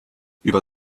über